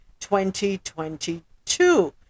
2022